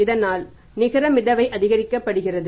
இதனால் நிகர மிதவை அதிகரிக்கப்படுகிறது